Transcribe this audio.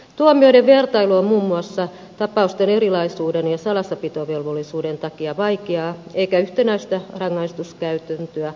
tuomioiden vertailu on muun muassa tapausten erilaisuuden ja salassapitovelvollisuuden takia vaikeaa eikä yhtenäistä rangaistuskäytäntöä ole syntynyt